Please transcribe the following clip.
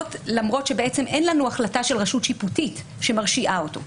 וזאת למרות שבעצם אין לנו החלטה של רשות שיפוטית שמרשיעה אותו.